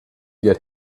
get